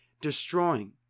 destroying